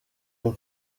kim